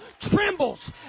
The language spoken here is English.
trembles